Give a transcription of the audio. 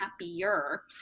happier